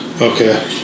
Okay